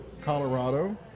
Colorado